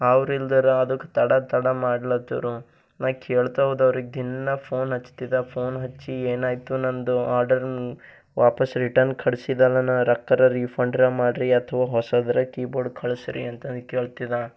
ಅವರಿಲ್ದಿರ ಅದಕ್ಕೆ ತಡ ತಡ ಮಾಡ್ಲತ್ತರು ನಾ ಕೇಳ್ತ ಹೋದೆ ಅವ್ರಿಗೆ ದಿನಾ ಫೋನ್ ಹಚ್ತಿದ್ದೆ ಫೋನ್ ಹಚ್ಚಿ ಏನಾಯಿತು ನಂದು ಆರ್ಡರ್ ವಾಪಸ್ ರಿಟನ್ ಕಳ್ಸಿದಲ ನಾ ರೊಕ್ಕರ ರೀಫಂಡ್ರ ಮಾಡ್ರಿ ಅಥ್ವಾ ಹೊಸದ್ರ ಕೀಬೋರ್ಡ್ ಕಳಿಸ್ರೀ ಅಂತಂದು ಕೇಳ್ತಿದೆ